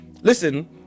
listen